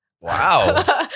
wow